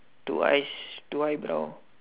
two eyes two eye brow